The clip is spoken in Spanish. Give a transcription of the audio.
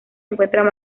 encuentran